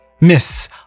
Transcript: Miss